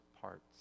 parts